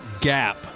gap